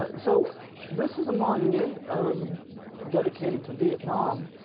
ah so this is a monument um dedicated to vietnam,